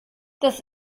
das